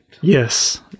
Yes